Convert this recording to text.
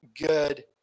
good